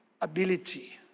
ability